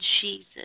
Jesus